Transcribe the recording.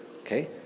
okay